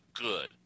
good